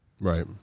right